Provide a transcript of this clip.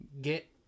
get